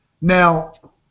now